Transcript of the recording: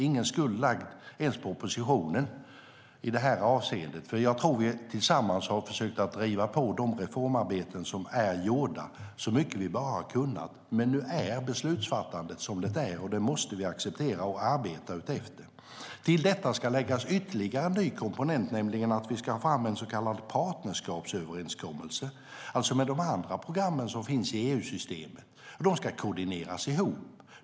Ingen skuld är lagd ens på oppositionen i det här avseendet. Jag tror att vi tillsammans har försökt att driva på de reformarbeten som är gjorda så mycket vi bara har kunnat. Men nu är beslutsfattandet som det är, och det måste vi acceptera och arbeta efter. Till detta ska läggas ytterligare en ny komponent, nämligen att vi ska ta fram en så kallad partnerskapsöverenskommelse. De andra program som finns i EU-systemet ska koordineras.